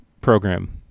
program